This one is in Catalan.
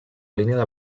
línia